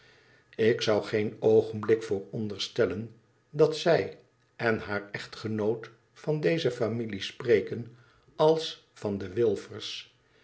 ik zou geen oogenblik vooropderstellen dat zij en haar echtgenoot van deze familie spreken als van tde wilfers